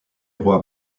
roi